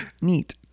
neat